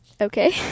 okay